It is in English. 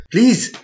Please